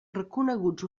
reconeguts